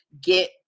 get